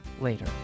later